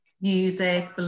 music